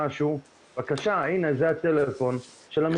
הנה הטלפון של המשרד שלי'.